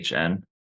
HN